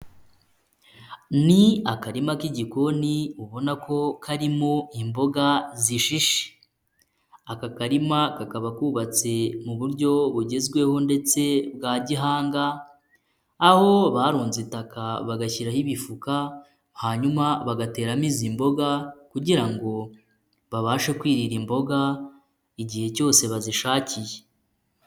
Ni akarima k'igikoni, ubona ko karimo imboga zishishe, aka karima kakaba kubabatse mu buryo bugezweho ndetse bwa gihanga, aho barunze itaka, bagashyiraho imifuka, hanyuma bagateramo izi mboga kugira ngo babashe kwirira imboga, igihe cyose bazishakiye.